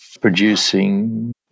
producing